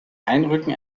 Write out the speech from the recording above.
einrücken